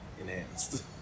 enhanced